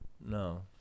No